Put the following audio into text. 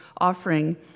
offering